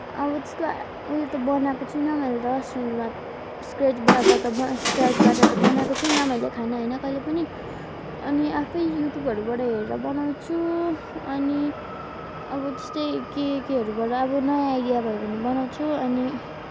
अब त्यस्तो ऊ यो त बनाएको छुइनँ मैले त स्क्र्याचबाट त बना स्क्र्याचबाट त बनाएको छुइनँ मैले खाना होइन कहिले पनि अनि आफै युट्युबहरूबाट हेरेर बनाउँछु अनि अब त्यस्तै के केहरूबाट अब नयाँ आइडिया भयो भने बनाउँछु अनि